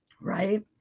right